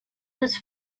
was